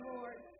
Lord